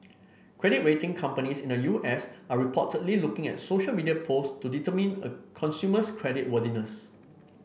credit rating companies in the U S are reportedly looking at social media post to determine a consumer's credit worthiness